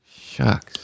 Shucks